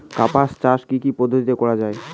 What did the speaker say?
কার্পাস চাষ কী কী পদ্ধতিতে করা য়ায়?